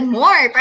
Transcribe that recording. more